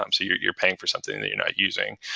um so you're you're paying for something that you're not using.